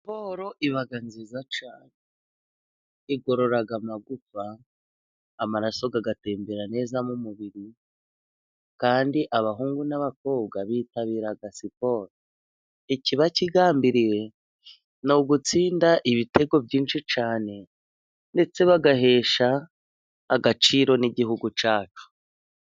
Siporo iba nziza cyane, igorora amagufa ,amaraso agatembera neza ,mu mubiri kandi abahungu n'abakobwa bitabira siporo, ikiba kigambiriwe ni ugutsinda ibitego byinshi cyane ndetse bagahesha agaciro n'igihugu cyacu.